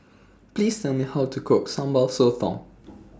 Please Tell Me How to Cook Sambal Sotong